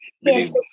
Yes